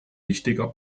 wichtiger